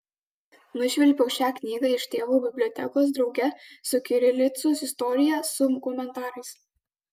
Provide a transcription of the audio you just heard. nušvilpiau šią knygą iš tėvo bibliotekos drauge su kirilicos istorija su komentarais